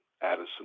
Addison